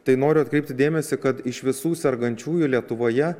tai noriu atkreipti dėmesį kad iš visų sergančiųjų lietuvoje